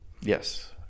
Yes